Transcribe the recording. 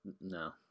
No